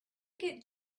get